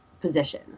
position